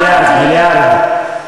מיליארד, מיליארד.